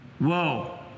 Whoa